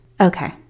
Okay